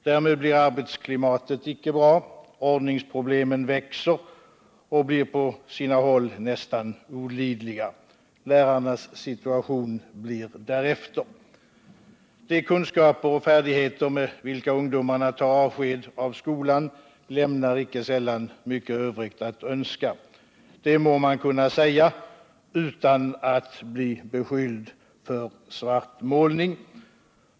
Därmed blir arbetsklimatet icke bra. Ordningsproblemen växer och blir på sina håll nästan olidliga. Lärarnas situation blir därefter. De kunskaper och färdigheter med vilka ungdomarna tar avsked av skolan lämnar icke sällan mycket övrigt att önska. Det må man kunna säga utan att bli beskylld för svartmålning.